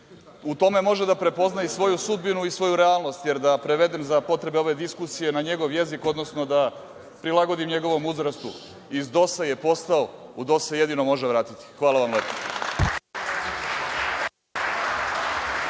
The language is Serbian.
U tome može da prepozna i svoju sudbinu i svoju realnost, jer da prevedem, za potrebe ove diskusije, na njegov jezik, odnosno da prilagodim njegovom uzrastu - iz DOS-a je postao, u DOS se jedino može vratiti. Hvala vam lepo.